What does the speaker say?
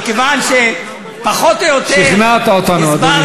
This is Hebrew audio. מכיוון שפחות או יותר, שכנעת אותנו, אדוני.